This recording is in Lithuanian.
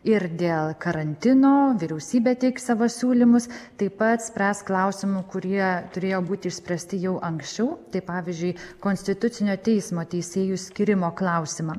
ir dėl karantino vyriausybė teiks savo siūlymus taip pat spręs klausimų kurie turėjo būti išspręsti jau anksčiau tai pavyzdžiui konstitucinio teismo teisėjų skyrimo klausimą